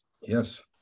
yes